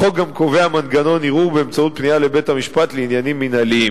החוק גם קובע מנגנון ערעור באמצעות פנייה לבית-המשפט לעניינים מינהליים.